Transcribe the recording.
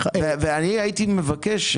הייתי מבקש,